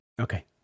Okay